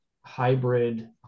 Hybrid